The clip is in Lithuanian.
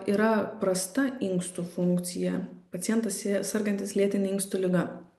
yra prasta inkstų funkcija pacientas sergantis lėtine inkstų liga